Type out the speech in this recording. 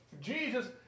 Jesus